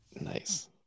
Nice